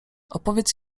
opowiedz